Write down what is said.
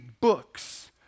books